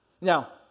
Now